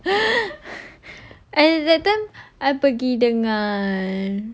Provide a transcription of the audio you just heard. I that time I pergi dengan